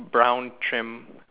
brown trim